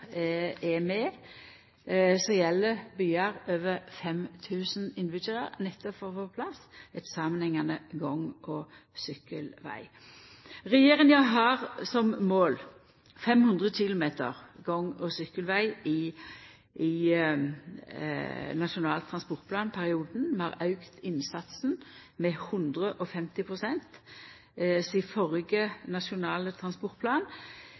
byar med over 5 000 innbyggjarar er med nettopp for å få på plass eit samanhengande gang- og sykkelvegnett. Regjeringa har 500 km gang- og sykkelveg som mål i nasjonal transportplanperioden. Vi har auka innsatsen med